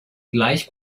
gleich